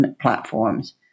platforms